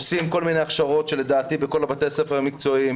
עושים כל מיני הכשרות לדעתי בכל בתי הספר המקצועיים.